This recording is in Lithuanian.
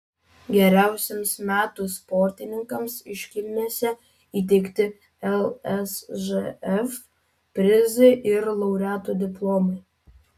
geriausiems metų sportininkams iškilmėse įteikti lsžf prizai ir laureatų diplomai